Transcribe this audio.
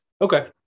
okay